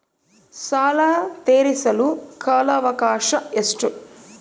ಸಾಲ ತೇರಿಸಲು ಕಾಲ ಅವಕಾಶ ಎಷ್ಟು?